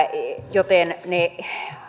joten ne